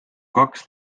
kaks